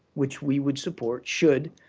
which we would support should